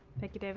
thank you,